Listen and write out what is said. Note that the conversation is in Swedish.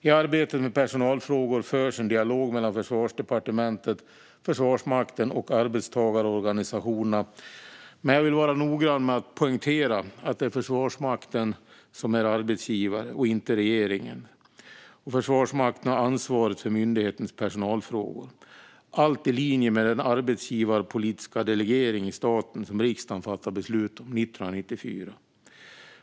I arbetet med personalfrågor förs en dialog mellan Försvarsdepartementet, Försvarsmakten och arbetstagarorganisationerna, men jag vill vara noggrann med att poängtera att det är Försvarsmakten som arbetsgivare, inte regeringen, som har ansvaret för myndighetens personalfrågor. Detta är i linje med den arbetsgivarpolitiska delegeringen i staten som riksdagen fattade beslut om 1994.